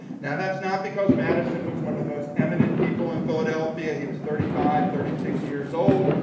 now that's not because madison was one of the most eminent people in philadelphia. he was thirty five, thirty six years old.